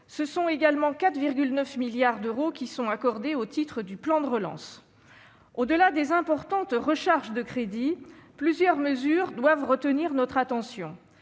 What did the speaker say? Ce sont également 4,9 milliards d'euros qui sont accordés au titre du plan de relance. Au-delà des importantes « recharges » de crédits, plusieurs mesures doivent retenir notre attention.